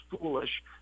foolish